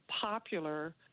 popular